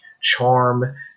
charm